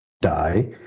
die